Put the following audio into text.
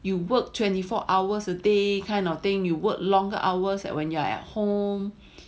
you work twenty four hours a day kind of thing you work longer hours at when you are at home